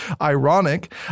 ironic